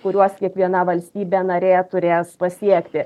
kuriuos kiekviena valstybė narė turės pasiekti